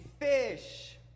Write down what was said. fish